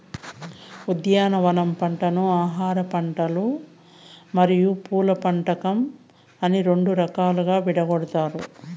ఉద్యానవన పంటలను ఆహారపంటలు మరియు పూల పంపకం అని రెండు రకాలుగా విడగొట్టారు